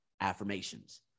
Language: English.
affirmations